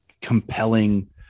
compelling